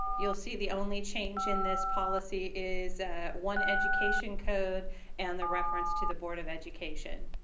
you'll see the only change in this policy is one education code and the reference to the board of education.